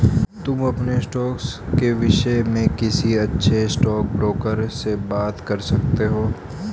तुम अपने स्टॉक्स के विष्य में किसी अच्छे स्टॉकब्रोकर से बात कर सकते हो